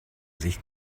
sich